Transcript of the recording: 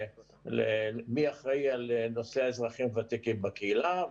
מי אחראי על הנושא האזרחים הוותיקים בקהילה,